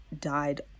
died